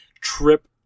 trip